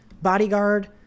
bodyguard